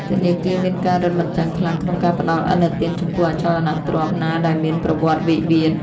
ធនាគារមានការរឹតបន្តឹងខ្លាំងក្នុងការផ្ដល់ឥណទាន ចំពោះអចលនទ្រព្យណាដែលមានប្រវត្តិវិវាទ។